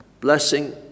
blessing